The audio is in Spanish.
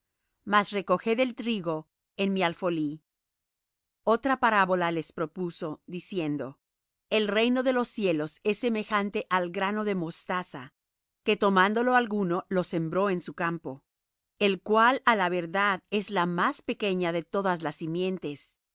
mas recoged el trigo en mi alfolí otra parábola les propuso diciendo el reino de los cielos es semejante al grano de mostaza que tomándolo alguno lo sembró en su campo el cual á la verdad es la más pequeña de todas las simientes